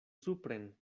supren